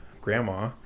grandma